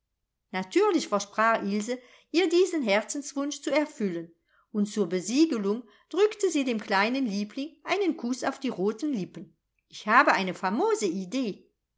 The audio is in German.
natürlich versprach ilse ihr diesen herzenswunsch zu erfüllen und zur besiegelung drückte sie dem kleinen liebling einen kuß auf die roten lippen ich habe eine famose idee